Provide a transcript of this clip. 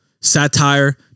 Satire